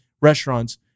restaurants